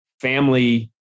family